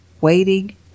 waiting